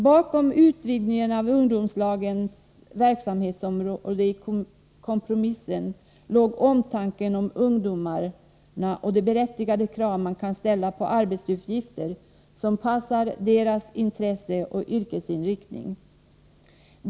Bakom utvidgningen av ungdomslagens verksamhetsområde i kompromissen ligger omtanken om ungdomarna och de berättigade krav man kan ställa på arbetsuppgifter som passar deras intresse och yrkesinriktning.